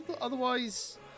Otherwise